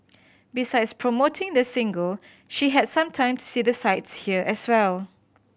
besides promoting the single she had some time to see the sights here as well